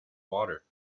water